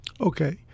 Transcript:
Okay